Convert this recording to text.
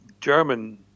German